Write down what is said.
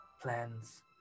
plans